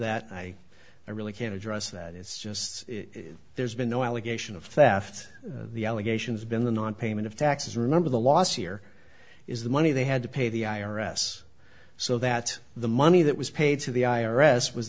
that i really can't address that it's just there's been no allegation of theft the allegations have been the nonpayment of taxes remember the last year is the money they had to pay the i r s so that the money that was paid to the i r s was